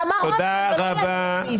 תודה רבה.